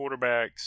quarterbacks